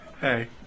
hey